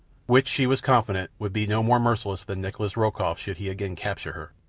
which she was confident would be no more merciless than nikolas rokoff should he again capture her.